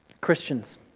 Christians